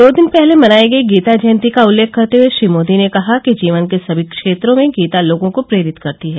दो दिन पहले मनाई गई गीता जयंती का उल्लेख करते हुए श्री मोदी ने कहा कि जीवन के सभी क्षेत्रों में गीता लोगों को प्रेरित करती है